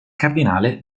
cardinale